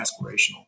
aspirational